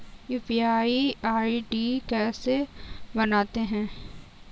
UPI ID कैसे बनाते हैं?